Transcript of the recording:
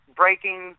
breaking